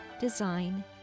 Design